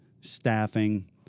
staffing